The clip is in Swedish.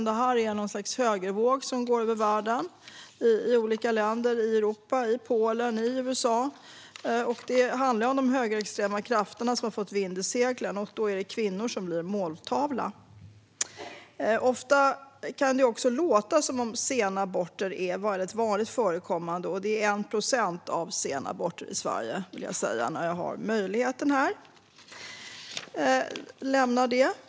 Det är något slags högervåg som går över världen, i olika länder i Europa, i Polen och i USA. Det handlar om de högerextrema krafter som fått vind i seglen. Då är det kvinnor som blir måltavla. Ofta kan det också låta som att sena aborter är väldigt vanligt förekommande. Det är 1 procent sena aborter i Sverige, vill jag säga när jag har möjligheten här. Fru talman!